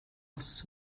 oss